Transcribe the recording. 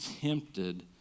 tempted